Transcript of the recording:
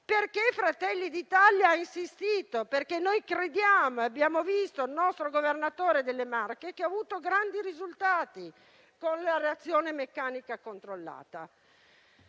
perché Fratelli d'Italia ha insistito, perché abbiamo visto che il nostro governatore delle Marche ha avuto grandi risultati con l'aerazione meccanica controllata.